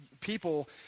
people